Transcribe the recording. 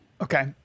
Okay